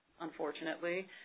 unfortunately